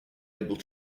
able